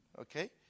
Okay